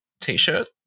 t-shirt